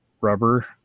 rubber